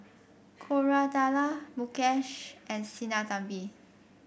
Koratala Mukesh and Sinnathamby